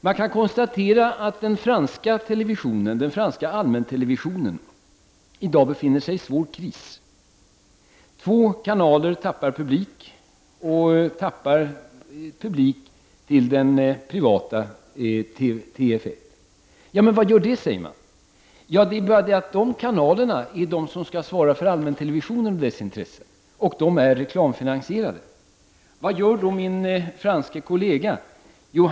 Man kan konstatera att den franska allmäntelevisionen i dag befinner sig i en svår kris. Två kanaler förlorar publik till den privata TF1. Men vad gör det? säger man då. Ja, det är de kanalerna som skall svara för allmäntelevisionen och dess intressen, och de är reklamfinansierade. Vad gör då min franske kollega?